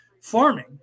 farming